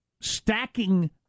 stacking